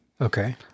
okay